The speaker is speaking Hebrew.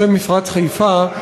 מפרץ חיפה,